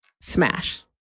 smash